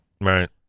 Right